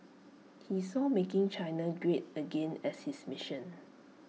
he saw making China great again as his mission